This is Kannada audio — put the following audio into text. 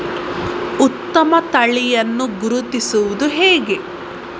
ಉತ್ತಮ ತಳಿಯನ್ನು ಗುರುತಿಸುವುದು ಹೇಗೆ?